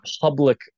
public